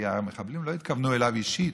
הרי המחבלים לא התכוונו אליו אישית,